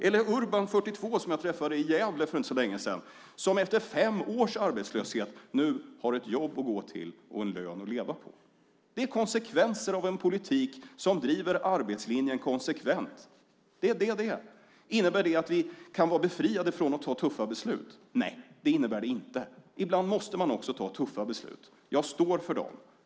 Eller Urban som är 42 år, som jag träffade i Gävle för inte så länge sedan, som efter fem års arbetslöshet nu har ett jobb att gå till och en lön att leva på. Det är konsekvenser av den politik som driver arbetslinjen konsekvent. Det är vad det är. Innebär det att vi kan vara befriade från att fatta tuffa beslut? Nej, det innebär det inte. Ibland måste man också fatta tuffa beslut. Jag står för dem.